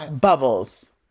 bubbles